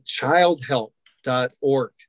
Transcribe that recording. Childhelp.org